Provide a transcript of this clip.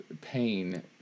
pain